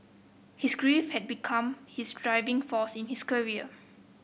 his grief had become his driving force in his career